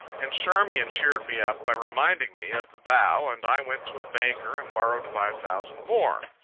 and charmian cheered me up by reminding me of the bow, and i went to a banker and borrowed five thousand more.